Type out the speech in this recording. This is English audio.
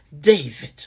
David